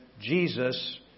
Jesus